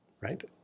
right